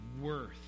worth